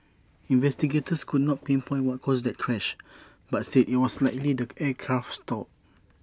investigators could not pinpoint what caused that crash but said IT was likely the aircraft stalled